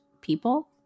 people